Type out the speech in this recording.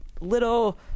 little